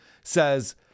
says